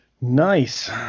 nice